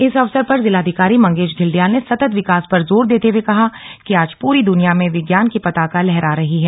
इस अवसर पर जिलाधिकारी मंगेश धिल्डियाल ने सतत विकास पर जोर देते हये कहा कि आज पूरी दुनिया में विज्ञान की पताका लहरा रही है